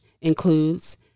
includes